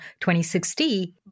2060